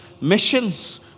missions